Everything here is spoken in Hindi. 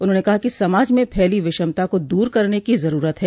उन्होंने कहा कि समाज में फैली विषमता को दूर करने की जरूरत है